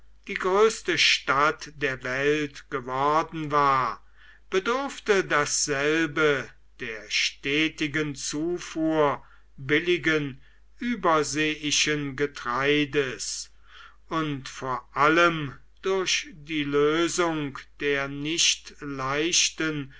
die größte stadt der welt geworden war bedurfte dasselbe der stetigen zufuhr billigen überseeischen getreides und vor allem durch die lösung der